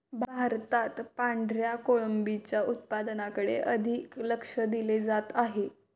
भारतात पांढऱ्या कोळंबीच्या उत्पादनाकडे अधिक लक्ष दिले जात आहे